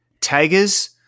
Tigers